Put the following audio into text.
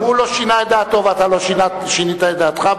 הוא לא שינה את דעתו ואתה לא שינית את דעתך,